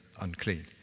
unclean